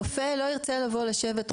רופא לא ירצה לבוא ולשבת.